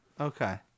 okay